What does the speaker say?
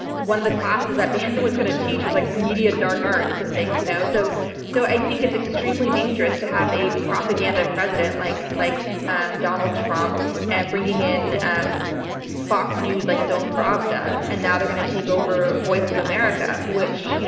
one of the classes that bannon was going to teach was like the media dark arts and things. you know so so i think it's extremely dangerous to have a propaganda president like like um donald trump, and bringing in um fox news like his own pravda. and now they're going to take over voice of america, which, you know